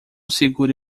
segure